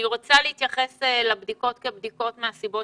אני רוצה להתייחס לבדיקות כבדיקות מהסיבות